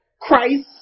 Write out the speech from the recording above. Christ